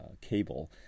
cable